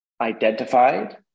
identified